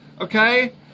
Okay